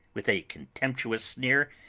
with a contemptuous sneer,